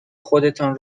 خودتان